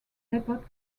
depot